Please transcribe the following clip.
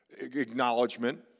acknowledgement